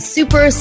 Super